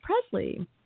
Presley